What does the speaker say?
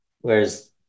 Whereas